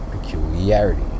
peculiarity